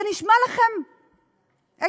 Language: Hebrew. זה נשמע לכם הגיוני?